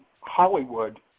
Hollywood